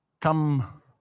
come